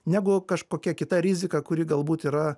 negu kažkokia kita rizika kuri galbūt yra